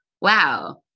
wow